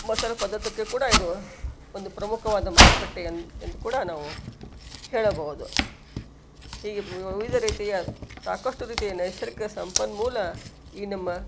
ಮಸಾಲೆ ಪದಾರ್ಥಕ್ಕೆ ಕೂಡ ಇದು ಒಂದು ಪ್ರಮುಖವಾದ ಮಾರುಕಟ್ಟೆ ಎನ್ ಎಂದು ಕೂಡ ನಾವು ಹೇಳಬಹುದು ಹೀಗೆ ವಿವಿಧ ರೀತಿಯ ಸಾಕಷ್ಟು ರೀತಿಯ ನೈಸರ್ಗಿಕ ಸಂಪನ್ಮೂಲ ಈ ನಮ್ಮ